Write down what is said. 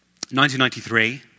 1993